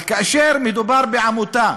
אבל כאשר מדובר בעמותה